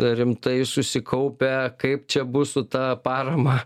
rimtai susikaupę kaip čia bus su ta parama